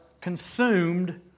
consumed